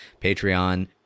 Patreon